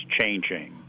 changing